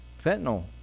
Fentanyl